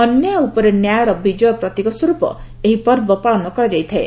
ଅନ୍ୟାୟ ଉପରେ ନ୍ୟାୟର ବିଜୟ ପ୍ରତୀକ ସ୍ୱରୂପ ଏହି ପର୍ବ ପାଳନ କରାଯାଇଥାଏ